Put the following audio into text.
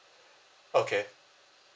okay